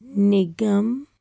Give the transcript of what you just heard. ਨਿਗਮ